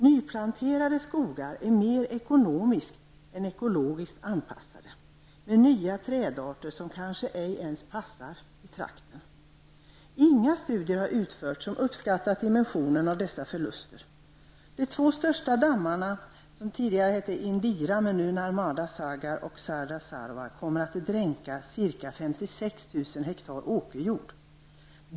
Nyplanterade skogar är mera ekonomiskt än ekologiskt anpassade med nya trädarter, som kanske ej inte ens passar i trakten. Inga studier har utförts som uppskattar dimensionen av dessa förluster. Indira, och Sardar Sarovar kommer att dränka ca 56 000 hektar åkerjord.